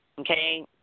Okay